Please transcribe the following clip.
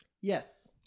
yes